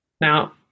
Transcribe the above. Now